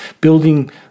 Building